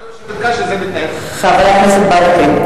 חבר הכנסת ברכה,